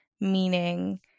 meaning